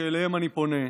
שאליהם אני פונה.